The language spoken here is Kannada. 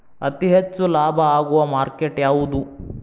ಅತಿ ಹೆಚ್ಚು ಲಾಭ ಆಗುವ ಮಾರ್ಕೆಟ್ ಯಾವುದು?